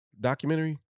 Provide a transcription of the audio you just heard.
documentary